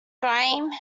grime